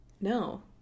No